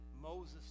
Moses